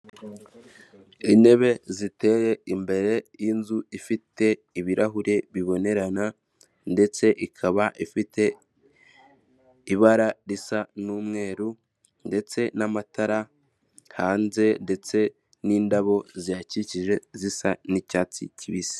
Intebe ziteye imbere y'inzu ifite ibirahure bibonerana ndetse ikaba ifite ibara risa ni umweru ndetse n'amatara hanze ndetse n'indabo zihakikije zisa n'icyatsi kibisi.